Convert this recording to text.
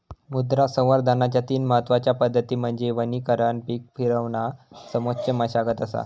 मृदा संवर्धनाच्या तीन महत्वच्या पद्धती म्हणजे वनीकरण पीक फिरवणा समोच्च मशागत असा